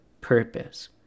purpose